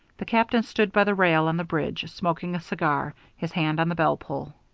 the captain stood by the rail on the bridge, smoking a cigar, his hand on the bell-pull.